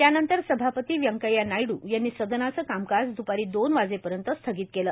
त्यानंतर सभापती व्यंकय्या नायड् यांनी सदनाचं कामकाज द्पारी दोन वाजेपर्यंत स्थगित केलं